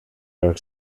york